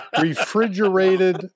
Refrigerated